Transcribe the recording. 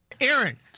Aaron